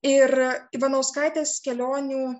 ir ivanauskaitės kelionių